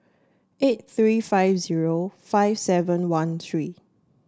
eight three five zero five seven one three